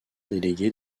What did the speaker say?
délégué